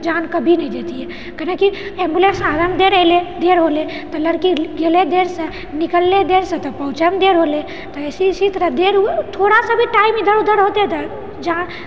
जान कभी नहि जाइतियै कैलाकि एम्बुलेन्स आराम दए रहलै देर होले तऽ लड़की गेलै देरसँ निकललै देरसँ तऽ पहुँचमे देर होलै तऽ एहिसँ इसी तरह देर थोड़ा सा भी टाइम इधर उधर होतै तऽ जान